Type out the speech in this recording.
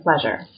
pleasure